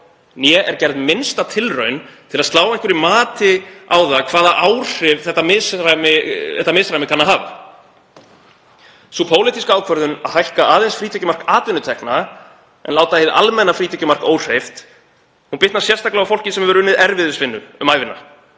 né er gerð minnsta tilraun til að slá einhverju mati á það hvaða áhrif þetta misræmi kann að hafa. Sú pólitíska ákvörðun að hækka aðeins frítekjumark atvinnutekna en láta hið almenna frítekjumark óhreyft bitnar sérstaklega á fólki sem hefur unnið erfiðisvinnu um ævina